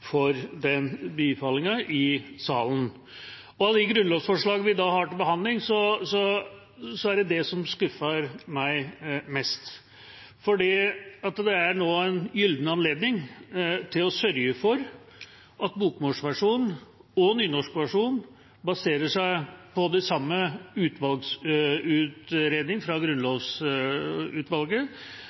for den anbefalingen. Av de grunnlovsforslagene vi i dag har til behandling, er det det som skuffer meg mest, fordi det nå er en gyllen anledning til å sørge for at bokmålsversjonen og nynorskversjonen baserer seg på den samme utvalgsutredningen fra